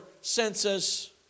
census